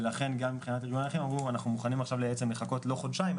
ולכן גם ארגוני הנכים אמרו שהם מוכנים לחכות לא חודשיים,